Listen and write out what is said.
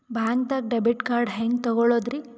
ಬ್ಯಾಂಕ್ದಾಗ debit card ಹೆಂಗ್ ತಗೊಳದ್ರಿ?